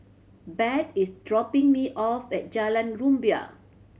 Bart is dropping me off at Jalan Rumbia